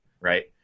right